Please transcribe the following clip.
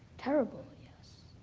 terrible, yes,